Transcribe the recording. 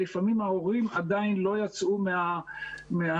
לפעמים ההורים עדיין לא יצאו מהטראומה